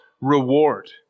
reward